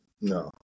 No